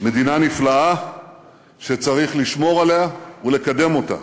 מדינה נפלאה שצריך לשמור עליה ולקדם אותה.